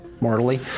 mortally